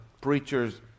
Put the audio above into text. preacher's